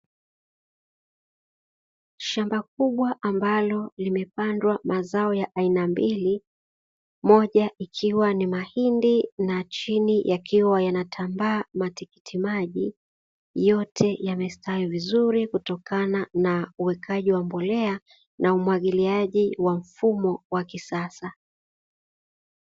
Shamba kubwa ambalo limepandwa mazao ya aina mbili moja ikiwa ni mahindi na chini yakiwa yanatambaa matikitimaji, yote yamestawi vizuri kutokana na uwekaji wa mbolea na umwagiliaji wa mfumo wa kisasa.